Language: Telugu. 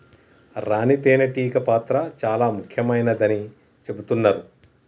రాణి తేనే టీగ పాత్ర చాల ముఖ్యమైనదని చెబుతున్నరు